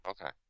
Okay